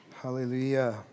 Hallelujah